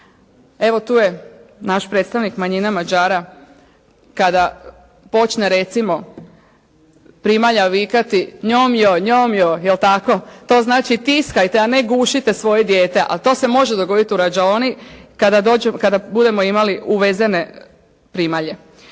Evo tu je naš predstavnik manjina Mađara, kada počne recimo primalja vikati: „njom jo, njom jo“ jel' tako, to znači tiskajte a ne gušite svoje dijete a to se može dogoditi u rađaoni kada budemo imali uvezene primalje.